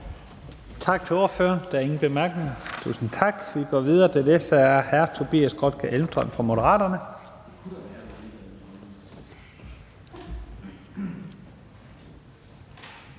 Tak til ordføreren. Der er ingen bemærkninger. Vi går videre. Den næste er hr. Tobias Grotkjær Elmstrøm fra Moderaterne.